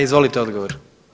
Izvolite odgovor.